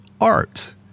art